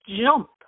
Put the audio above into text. jump